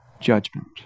judgment